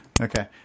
Okay